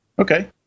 Okay